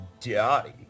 Daddy